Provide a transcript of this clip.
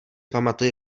pamatuji